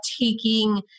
taking